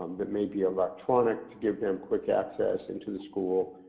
um that maybe electronic, to give them quick access into the school,